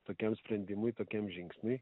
tokiam sprendimui tokiam žingsniui